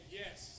yes